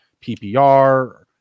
PPR